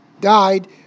died